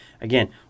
again